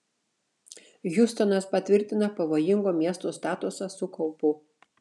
hjustonas patvirtina pavojingo miesto statusą su kaupu